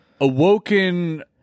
awoken